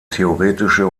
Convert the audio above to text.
theoretische